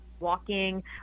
walking